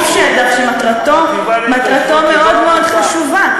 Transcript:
גוף שמטרתו מאוד מאוד חשובה,